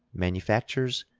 manufactures,